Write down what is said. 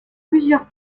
plusieurs